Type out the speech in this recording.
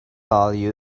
value